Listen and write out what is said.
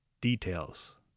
Details